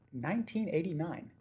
1989